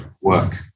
work